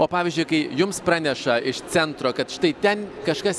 o pavyzdžiui kai jums praneša iš centro kad štai ten kažkas